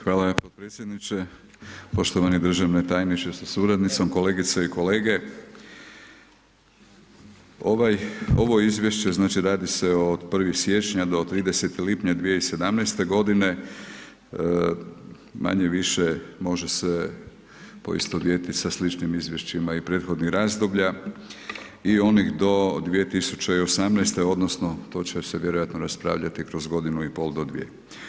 Hvala podpredsjedniče, poštovani državni tajniče sa suradnicom, kolegice i kolege, ovo izvješće znači radi se od 1.siječnja do 30. lipnja 2017. godine manje-više može se poistovjetiti sa sličnim izvješćima i prethodnih razdoblja i onih do 2018. odnosno to će se vjerojatno raspravljati kroz godinu i pol do dvije.